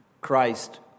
Christ